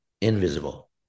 invisible